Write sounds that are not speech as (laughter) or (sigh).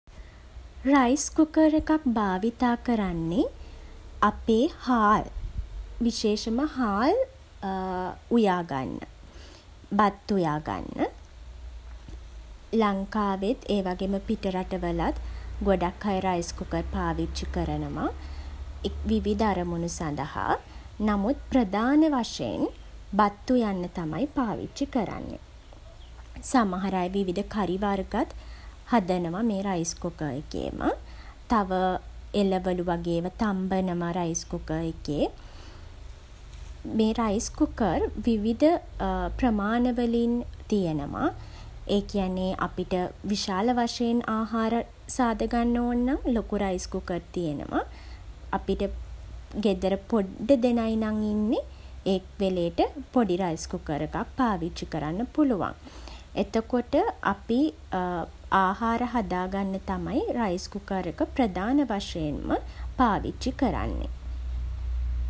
Rice cooker එකක් භාවිතා කරන්නෙ අපේ හාල්, විශේෂන්ම හාල් (hesitation) උයාගන්න. බත් උයාගන්න. ලංකාවෙත් ඒ වගේම පිටරට වලත් ගොඩක් අය රයිස් කුකර් පාවිච්චි කරනවා විවිධ අරමුණ සඳහා. නමුත් ප්‍රධාන වශයෙන් බත් උයන්න තමයි පාවිච්චි කරන්නේ. සමහර අය විවිධ කරි වර්ගත් හදනවා මේ රයිස් කුකර් එකේම. තව, එළවළු වගේ ඒවා තම්බනවා රයිස් කුකර් එකේ. මේ රයිස් කුකර් විවිධ (hesitation) ප්‍රමාණවලින් තියෙනවා. ඒ කියන්නේ අපිට විශාල වශයෙන් ආහාර සාද ගන්න ඕන නම් ලොකු රයිස් කුකර් තියෙනවා. අපිට ගෙදර පොඩ්ඩ දෙනයි නම් ඉන්නේ ඒ වෙලේට පොඩි රයිස් කුකර් එකක් පාවිච්චි කරන්න පුළුවන්. එතකොට අපි (hesitation) ආහාර හදාගන්න තමයි රයිස් කුකර් එක ප්‍රධාන වශයෙන්ම පාවිච්චි කරන්නෙ.